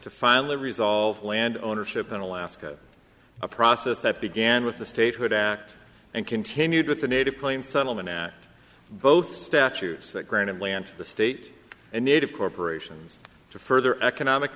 to finally resolve land ownership in alaska a process that began with the statehood act and continued with the native claims settlement act both statutes that granted land to the state and native corporations to further economic